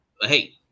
hey